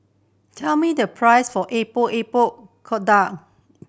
tell me the price for Epok Epok Kentang